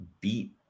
beat